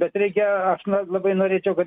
bet reikia aš labai norėčiau kad